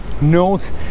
note